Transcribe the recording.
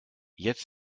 jetzt